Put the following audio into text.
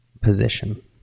position